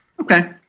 Okay